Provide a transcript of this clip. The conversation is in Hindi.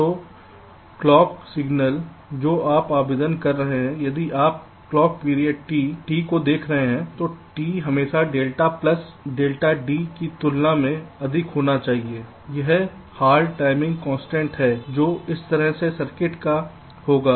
तो क्लॉक सिग्नल जो आप आवेदन कर रहे हैं यदि आप क्लॉक पीरियड T T को देख रहे हैं तो T हमेशा डेल्टा प्लस डेल्टा D की तुलना में अधिक होना चाहिए यह हार्ड टाइमिंग कांस्टेंट है जो इस तरह के सर्किट का होगा